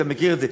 אתה מכיר את זה.